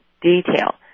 detail